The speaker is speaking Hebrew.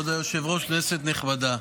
כבוד היושב-ראש, כנסת נכבדה,